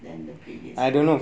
than the previous one